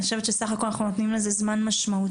אני חושבת שבסך הכל אנחנו נותנים לזה זמן משמעותי,